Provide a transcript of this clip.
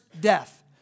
death